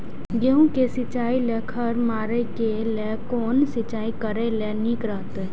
गेहूँ के सिंचाई लेल खर मारे के लेल कोन सिंचाई करे ल नीक रहैत?